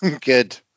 good